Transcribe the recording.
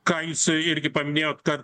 ką jūs irgi paminėjot kad